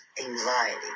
anxiety